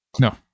No